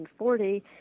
1940